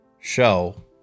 show